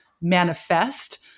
manifest